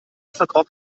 verkroch